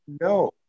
No